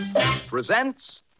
presents